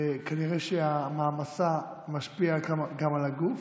כנראה שהמעמסה משפיעה גם על הגוף,